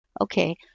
Okay